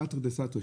תרתי דסתרי,